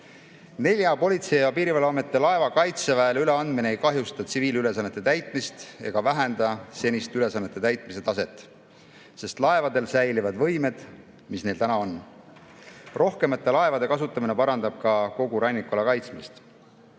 Nelja Politsei- ja Piirivalveameti laeva Kaitseväele üleandmine ei kahjusta tsiviilülesannete täitmist ega vähenda senist ülesannete täitmise taset, sest laevadel säilivad võimed, mis neil täna on. Rohkemate laevade kasutamine parandab ka kogu rannikuala kaitsmist.